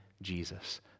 Jesus